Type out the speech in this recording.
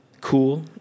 cool